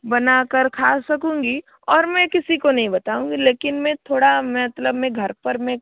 बना कर खा सकूँगी और मैं किसी को नहीं बताऊँगी लेकिन मैं थोड़ा मतलब मैं घर पर में